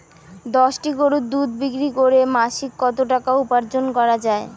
দশটি গরুর দুধ বিক্রি করে মাসিক কত টাকা উপার্জন করা য়ায়?